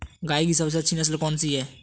गाय की सबसे अच्छी नस्ल कौनसी है?